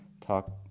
talk